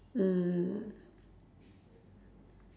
mm